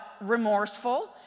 remorseful